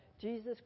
Jesus